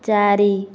ଚାରି